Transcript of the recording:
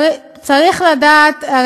צריך לדעת, אני אומר לך, זה לא שינה שום דבר.